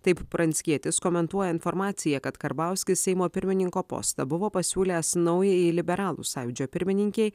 taip pranckietis komentuoja informaciją kad karbauskis seimo pirmininko postą buvo pasiūlęs naujajai liberalų sąjūdžio pirmininkei